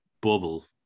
bubble